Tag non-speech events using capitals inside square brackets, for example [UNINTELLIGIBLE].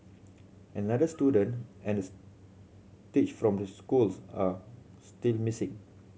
another student and [UNINTELLIGIBLE] teach from the schools are still missing